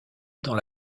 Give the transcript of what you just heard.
dans